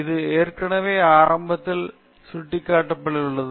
இது ஏற்கனவே ஆரம்பத்தில் சுட்டிக்காட்டப்பட்டுள்ளது